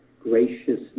graciousness